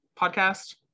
podcast